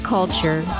Culture